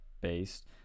based